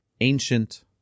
ancient